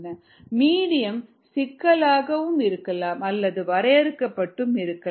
medium சிக்கலானதாக இருக்கலாம் அல்லது வரையறுக்கப்பட்டும் இருக்கலாம்